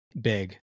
big